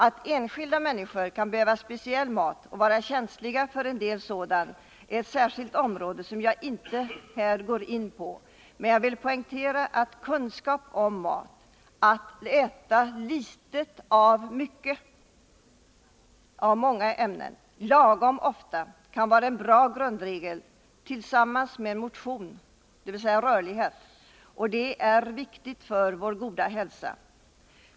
Att enskilda människor kan behöva speciell mat och att några är känsliga för en del sådan är ett särskilt område som jag inte här går in på. Men jag vill poängtera att kunskap om mat är något betydelsefullt. Att äta litet av mycket, lagom ofta, kan tillsammans med motion dvs. rörlighet vara en bra grund för vår goda hälsa.